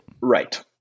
Right